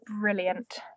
Brilliant